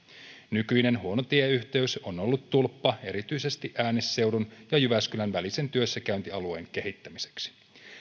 nykyinen huono tieyhteys on ollut tulppa erityisesti äänesseudun ja jyväskylän välisen työssäkäyntialueen kehittämiseksi